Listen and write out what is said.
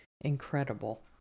incredible